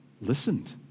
listened